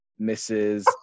Mrs